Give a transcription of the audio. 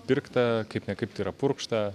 pirkta kaip ne kaip tai yra purkšta